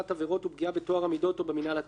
ופגיעה בטוהר המידות או במינהל התקין),